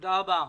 תודה רבה.